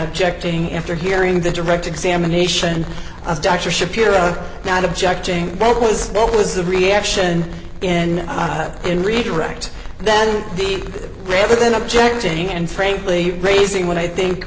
objecting after hearing the direct examination of dr shapiro not objecting what was what was the reaction in and redirect and then the rather than objecting and frankly raising what i think